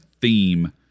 theme